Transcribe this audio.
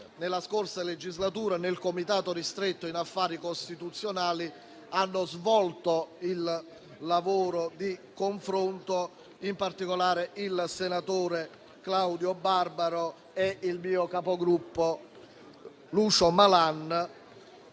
nella scorsa legislatura, nel Comitato ristretto nella Commissione affari costituzionali, hanno svolto il lavoro di confronto - in particolare il senatore Claudio Barbaro e il mio Capogruppo Lucio Malan